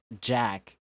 jack